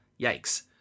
yikes